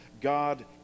God